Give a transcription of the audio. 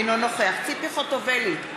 אינו נוכח ציפי חוטובלי,